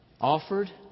offered